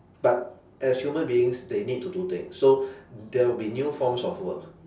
but as human beings they need to do things so there'll be new forms of work